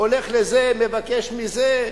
הולך לזה, מבקש מזה.